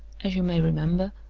as you may remember,